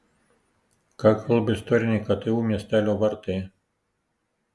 ką kalba istoriniai ktu miestelio vartai